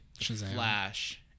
Flash